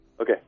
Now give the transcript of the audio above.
Okay